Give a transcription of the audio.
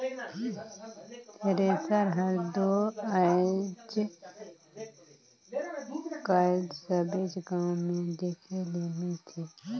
thresher हर दो आएज काएल सबेच गाँव मे देखे ले मिलथे